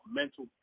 mental